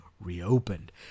reopened